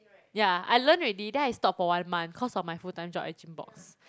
yeah I learn already then I stopped for one month cause of my full time job at Gymbox